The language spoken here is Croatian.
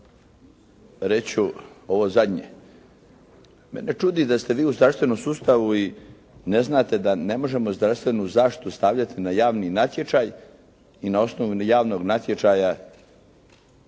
ću ovo zadnje. Mene čudi da ste vi u zdravstvenom sustavu i ne znate da ne možemo zdravstvenu zaštitu stavljati na javni natječaj i na osnovu javnog natječaja